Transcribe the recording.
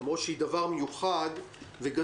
למרות שזה דבר מיוחד וגדול,